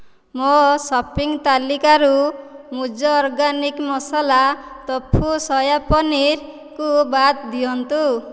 ମୋ ସପିଂ ତାଲିକାରୁ ମୂଜ ଅର୍ଗାନିକ୍ ମସାଲା ତୋଫୁ ସୋୟା ପନିର୍କୁ ବାଦ୍ ଦିଅନ୍ତୁ